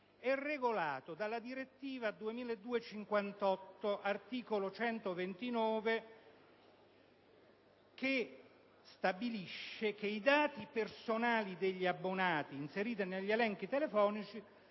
è regolata dalla direttiva 2002/58/CE che, all'articolo 129, stabilisce che i dati personali degli abbonati inseriti negli elenchi telefonici